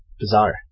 bizarre